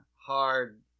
hard